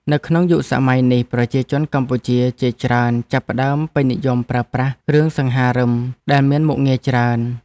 នៅក្នុងយុគសម័យនេះប្រជាជនកម្ពុជាជាច្រើនចាប់ផ្តើមពេញនិយមប្រើប្រាស់គ្រឿងសង្ហារិមដែលមានមុខងារច្រើន។